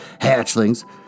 hatchlings